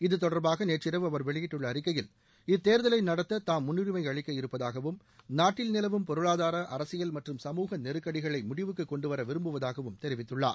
இது தொடர்பாக நேற்றிரவு அவர் வெளியிட்டுள்ள அறிக்கையில் இத்தேர்தலை நடத்த தாம் முன்னுரிமை அளிக்க இருப்பதாகவும் நாட்டில் நிலவும் பொருளாதார அரசியல் மற்றும் சமூக நெருக்கடிகளை முடிவுக்கு கொண்டுவர விரும்புவதாகவும் தெரிவித்துள்ளார்